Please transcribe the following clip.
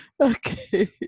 Okay